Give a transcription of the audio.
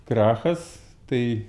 krachas tai